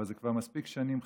אבל זה כבר מספיק שנים חרב.